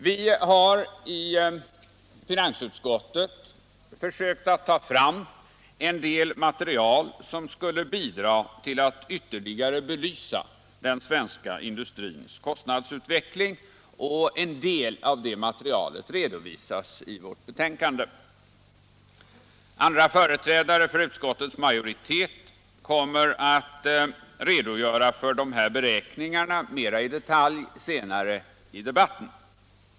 Vi har försökt ta fram en del material som skulle bidra till att ytterligare belysa den svenska industrins kostnadsutveckling. En del av detta material redovisas i vårt betänkande. Andra företrädare för utskottets majoritet kommer att redovisa de här beräkningarna mera i detalj senare i debatten.